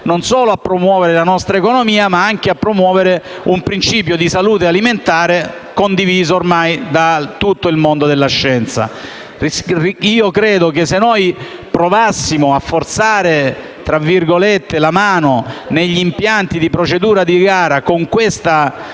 non solo a promuovere la nostra economia, ma anche un principio di salute alimentare condiviso ormai da tutto il mondo della scienza. Credo che, se noi provassimo a forzare la mano negli impianti di procedura di gara con questa